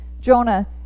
Jonah